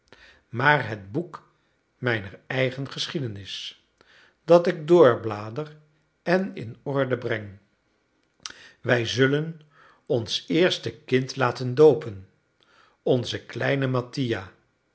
maar het boek mijner eigen geschiedenis dat ik doorblader en in orde breng wij zullen ons eerste kind laten doopen onzen kleinen mattia